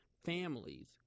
families